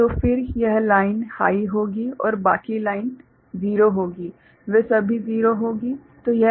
तो फिर यह लाइन हाइ होगी और बाकी लाइन 0 होंगी वे सभी 0 होंगी